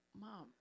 Mom